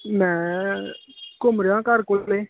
ਮੈਂ ਘੁੰਮ ਰਿਹਾਂ ਘਰ ਕੋਲ